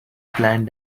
plant